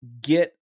get